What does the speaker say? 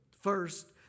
First